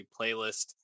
playlist